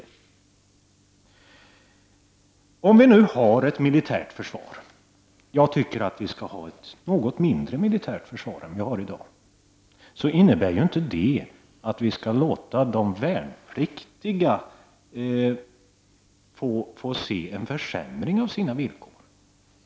Jag tycker att vi skall ha ett något mindre militärt försvar än vad vi har i dag. Men om vi nu har ett militärt försvar i dag, innebär det inte att vi skall låta de värnpliktiga få se en försämring av sina villkor.